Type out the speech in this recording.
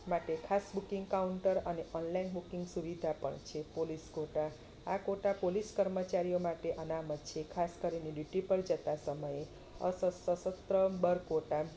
માટે ખાસ booking counter અને ઓનલાઈન બુકિંગ સુવિધા પણ છે પોલીસ કોટા આ કોટા પોલીસ કર્મચારીઓ માટે અનામત છે ખાસ કરીને ડયુટી પર જતાં સશસ્ત્ર દળ કોટા